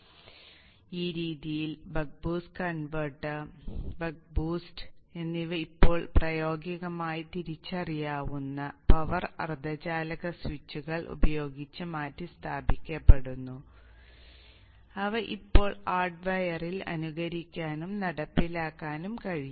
അതിനാൽ ഈ രീതിയിൽ ബക്ക് ബൂസ്റ്റ് ബക്ക് ബൂസ്റ്റ് എന്നിവ ഇപ്പോൾ പ്രായോഗികമായി തിരിച്ചറിയാവുന്ന പവർ അർദ്ധചാലക സ്വിച്ചുകൾ ഉപയോഗിച്ച് മാറ്റിസ്ഥാപിക്കപ്പെടുന്നു അവ ഇപ്പോൾ ഹാർഡ്വെയറിൽ അനുകരിക്കാനും നടപ്പിലാക്കാനും കഴിയും